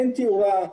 אין תאורה.